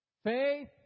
Faith